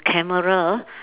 camera